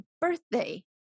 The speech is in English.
birthday